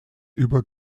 über